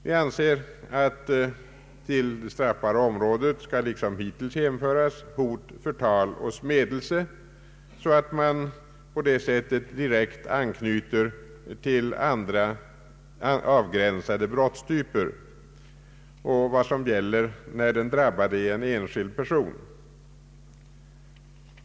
Vi anser att till det straffbara området skall liksom hittills hänföras hot, förtal och smädelse, så att man på detta sätt direkt anknyter till andra avgränsade brottstyper och vad som gäller när den drabbade är en enskild person.